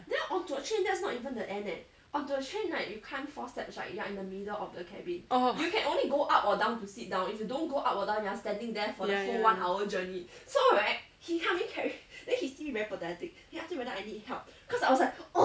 orh ya ya